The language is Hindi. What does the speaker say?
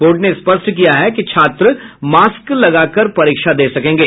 बोर्ड ने स्पष्ट किया है कि छात्र मास्क लगा कर परीक्षा दे सकेंगे